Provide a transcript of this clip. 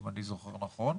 אם אני זוכר נכון.